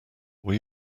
were